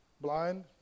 Blind